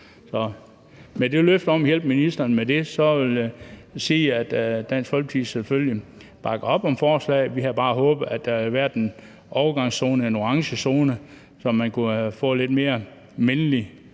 Med det løfte om at hjælpe ministeren vil jeg sige, at Dansk Folkeparti selvfølgelig bakker op om forslaget. Vi havde bare håbet, at der havde været en orange overgangszone, så vi kunne have fået en lidt mere mindelig